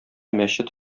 мәчет